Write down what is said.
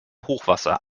hochwasser